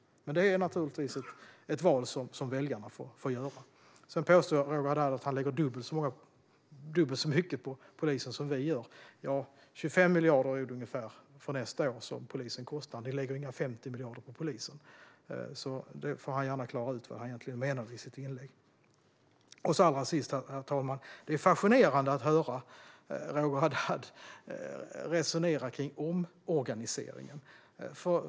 Men det är naturligtvis ett val som väljarna får göra. Sedan påstår Roger Haddad att han lägger dubbelt så mycket på polisen som vi gör. Nästa år kostar polisen ungefär 25 miljarder. Ni lägger dock inga 50 miljarder på polisen, så Roger Haddad får i sitt inlägg gärna klara ut vad han egentligen menar. Till sist, herr talman: Det är fascinerande att höra Roger Haddad resonera kring omorganiseringen.